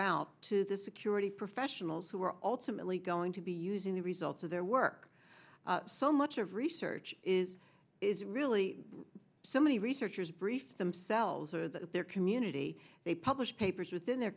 out to the security professionals who are also mentally going to be using the results of their work so much of research is is really so many researchers brief themselves or that their community they publish papers within their